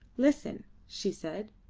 listen, she said.